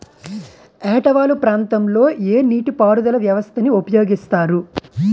ఏట వాలు ప్రాంతం లొ ఏ నీటిపారుదల వ్యవస్థ ని ఉపయోగిస్తారు?